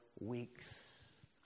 weeks